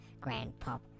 Grandpop